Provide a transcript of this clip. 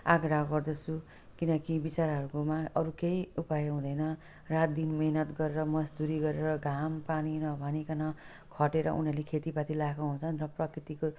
आग्रह गर्दछु किनकि विचराहरूकोमा अरू केही उपाय हुँदैन रातदिन मिहिनेत गरेर मजदुरी गरेर घामपानी नभनिकन खटेर उनीहरूले खेतीपाती लगाएको हुन्छन् अन्त प्रकृतिको